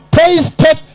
tasted